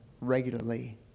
regularly